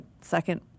second